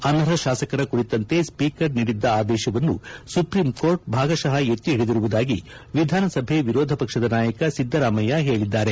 ಅನರ್ಹ ಶಾಸಕರ ಕುರಿತಂತೆ ಸ್ವೀಕರ್ ನೀಡಿದ್ದ ಆದೇಶವನ್ನು ಸುಪ್ರೀಂಕೋರ್ಟ್ ಭಾಗಶಃ ಎತ್ತಿ ಹಿಡಿದಿರುವುದಾಗಿ ವಿಧಾನಸಭೆ ವಿರೋಧ ಪಕ್ಷದ ನಾಯಕ ಸಿದ್ದರಾಮಯ್ಯ ಹೇಳಿದ್ದಾರೆ